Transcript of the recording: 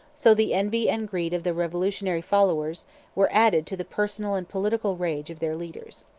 so the envy and greed of the revolutionary followers were added to the personal and political rage of their leaders.